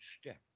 step